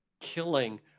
killing